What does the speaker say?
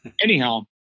anyhow